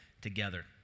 together